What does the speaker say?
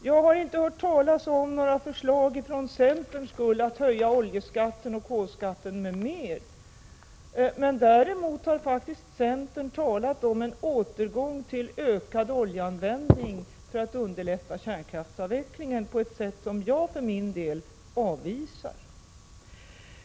Jag har inte hört talas om några förslag från centern om att höja oljeskatten och kolskatten mer. Däremot har faktiskt centern talat om en återgång till ökad oljeanvändning för att underlätta kärnkraftsavvecklingen — ett sätt som jag för min del avvisar.